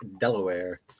Delaware